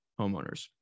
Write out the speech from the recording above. homeowners